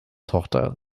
tochter